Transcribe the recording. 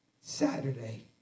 Saturday